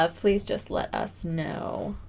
ah please just let us know